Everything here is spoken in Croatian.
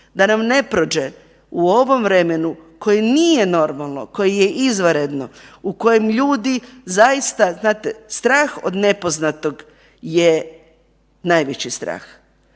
da nam ne prođe u ovom vremenu koje nije normalno, koje je izvanredno, u kojem ljudi zaista, znate stah od nepoznatog je najveći strah,